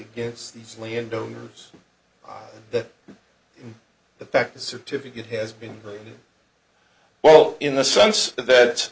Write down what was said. against these landowners that the fact is a certificate has been very well in the sense that